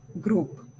group